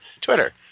Twitter